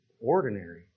ordinary